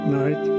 night